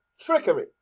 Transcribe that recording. Trickery